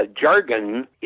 jargon